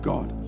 God